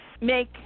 make